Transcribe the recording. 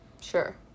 sure